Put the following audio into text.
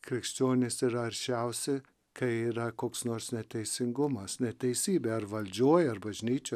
krikščionys yra aršiausi kai yra koks nors neteisingumas neteisybė ar valdžioj ar bažnyčioj